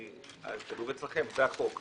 כתוב אצלכם, זה החוק.